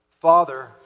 Father